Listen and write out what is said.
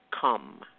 come